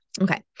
Okay